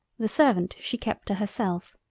the servant she kept to herself.